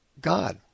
God